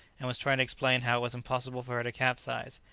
and was trying to explain how it was impossible for her to capsize,